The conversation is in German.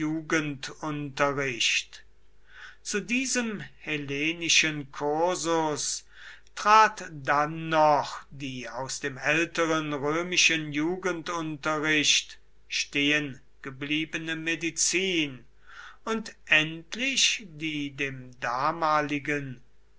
zu diesem hellenischen kursus trat dann noch die aus dem älteren römischen jugendunterricht stehengebliebene medizin und endlich die dem damaligen